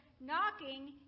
knocking